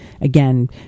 again